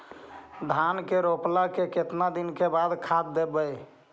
धान के रोपला के केतना दिन के बाद खाद देबै?